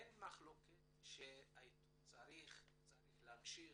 אין מחלוקת שהעיתון צריך להמשיך,